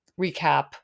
recap